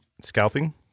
Scalping